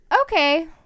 okay